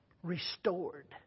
Restored